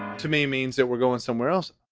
to me means that we're going somewhere else.